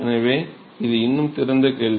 எனவே இது இன்னும் திறந்த கேள்வி